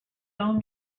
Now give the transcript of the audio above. own